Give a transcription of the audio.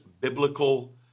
biblical